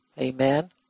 Amen